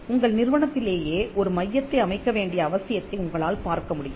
உங்கள் நிறுவனத்திலேயே ஒரு மையத்தை அமைக்க வேண்டிய அவசியத்தை உங்களால் பார்க்க முடியும்